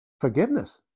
Forgiveness